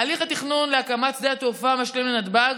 הליך התכנון להקמת שדה תעופה משלים לנתב"ג